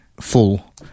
full